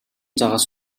загас